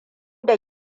da